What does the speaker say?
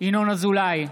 ינון אזולאי,